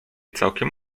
całkiem